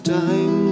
time